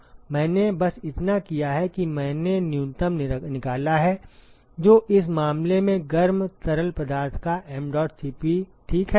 ठीक है तो मैंने बस इतना किया है कि मैंने न्यूनतम निकाला है जो इस मामले में गर्म तरल पदार्थ का mdot Cp ठीक है